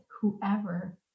whoever